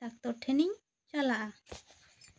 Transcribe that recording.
doctor ᱴᱷᱮᱱᱤᱧ ᱪᱟᱞᱟᱜᱼᱟ